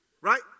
right